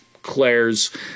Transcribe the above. claire's